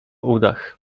udach